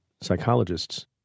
psychologists